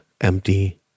empty